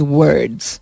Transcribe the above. words